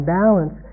balance